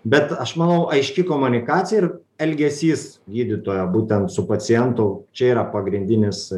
bet aš manau aiški komunikacija ir elgesys gydytojo būtent su pacientu čia yra pagrindinis